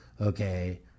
Okay